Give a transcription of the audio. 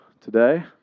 today